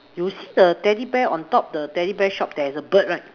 you see the teddy bear on top the teddy bear shop there's a bird right